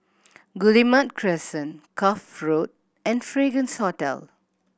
Guillemard Crescent Cuff Road and Fragrance Hotel